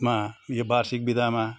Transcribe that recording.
मा यो वार्षिक बिदामा